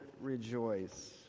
rejoice